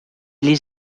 les